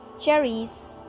cherries